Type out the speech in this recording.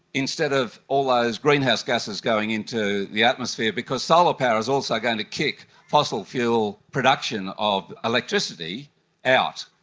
instead of all those um greenhouse gases going into the atmosphere, because solar power is also going to kick fossil fuel production of electricity out.